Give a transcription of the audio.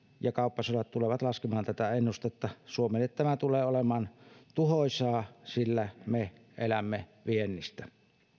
ja kauppasodat tulevat laskemaan tätä ennustetta suomelle tämä tulee olemaan tuhoisaa sillä me elämme viennistä